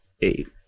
eight